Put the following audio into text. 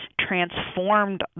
transformed